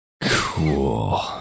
Cool